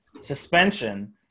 suspension